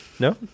No